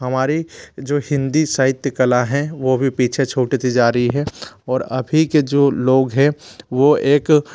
हमारी जो हिन्दी साहित्य कला हैं वो भी पीछे छूटती जा रही है और अभी के जो लोग है वो एक